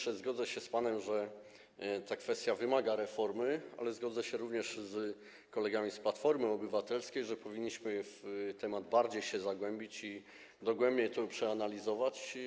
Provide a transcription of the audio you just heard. Zgodzę się z panem, panie ministrze, że ta kwestia wymaga reformy, ale zgodzę się również z kolegami z Platformy Obywatelskiej, że powinniśmy się w temat bardziej zagłębić i dogłębnie to przeanalizować.